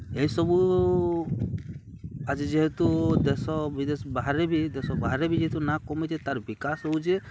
ଏହିସବୁ ଆଜି ଯେହେତୁ ଦେଶ ବିଦେଶ ବାହାରେ ବି ଦେଶ ବାହାରେ ବି ଯେହେତୁ ନା କମେଇଚେ ତାର୍ ବିକାଶ୍ ହଉଚେ